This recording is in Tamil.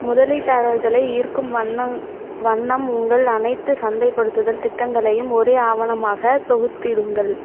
முதலீட்டாளர்களை ஈர்க்கும் வண்ணம் வண்ணம் உங்கள் அனைத்துச் சந்தைப்படுத்தல் திட்டங்களையும் ஒரே ஆவணமாகத் தொகுத்திடுங்கள்